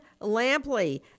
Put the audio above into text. Lampley